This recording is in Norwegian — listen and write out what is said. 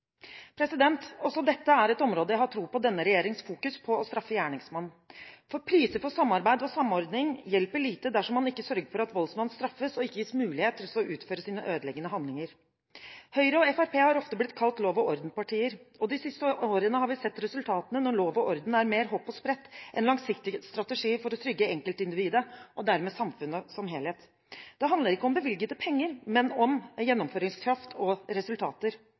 Også dette er et område der jeg har tro på denne regjeringens fokus på å straffe gjerningsmannen. For priser for samarbeid og samordning hjelper lite dersom man ikke sørger for at voldsmannen straffes og ikke gis mulighet til å utføre sine ødeleggende handlinger. Høyre og Fremskrittspartiet har ofte blitt kalt lov-og-orden-partier, og de siste årene har vi sett resultatene når lov og orden er mer hopp og sprett enn langsiktige strategier for å trygge enkeltindividet og dermed samfunnet som helhet. Det handler ikke om bevilgede penger, men om gjennomføringskraft og resultater,